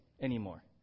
anymore